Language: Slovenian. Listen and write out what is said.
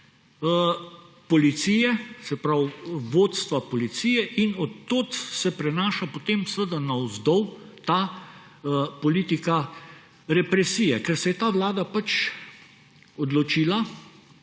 Policije, se pravi vodstva Policije; in od tod se prenaša potem navzdol ta politika represije, ker se je ta vlada pač odločila,